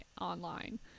online